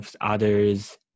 others